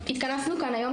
התכנסנו כאן היום,